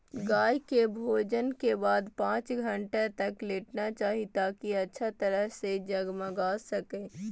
गाय के भोजन के बाद पांच घंटा तक लेटना चाहि, ताकि अच्छा तरह से जगमगा सकै